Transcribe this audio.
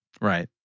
Right